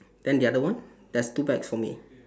then the other one there's two bags for me